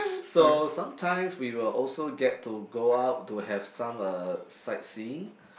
so sometimes we will also get to go out to have some uh sightseeing